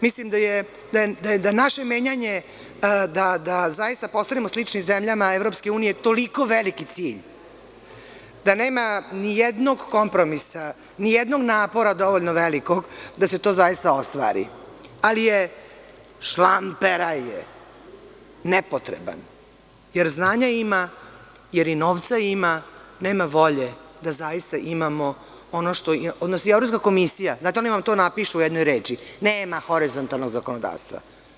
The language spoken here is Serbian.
Mislim da je naše menjanje da zaista postanemo slični zemljama Evropske unije toliko veliki cilj, da nema ni jednog kompromisa, ni jednog napora dovoljno velikog da se to zaista ostvari, ali je šlamperaj nepotreban, jer znanja ima, jer i novca ima, nema volje da zaista imamo ono što Evropska komisija, znate, oni vam to napišu u jednoj reči, nema horizontalnog zakonodavstva.